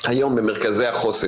היום הם מרכזי חוסן.